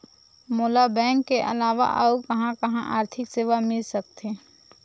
मोला बैंक के अलावा आऊ कहां कहा आर्थिक सेवा मिल सकथे?